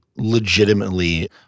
legitimately